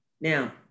Now